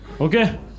Okay